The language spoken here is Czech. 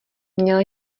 měl